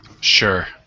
Sure